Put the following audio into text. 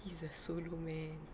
he's a solo man